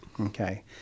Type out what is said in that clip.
okay